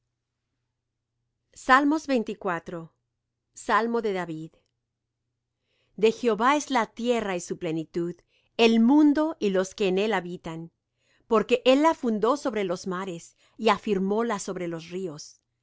días salmo de david de jehová es la tierra y su plenitud el mundo y los que en él habitan porque él la fundó sobre los mares y afirmóla sobre los ríos